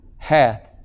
hath